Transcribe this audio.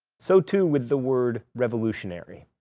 so too with the word revolutionary.